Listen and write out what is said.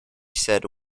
said